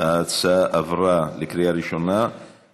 ההצעה להעביר את הצעת חוק הבחירות לכנסת (תיקון מס' 70)